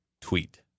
tweet